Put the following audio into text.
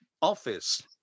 office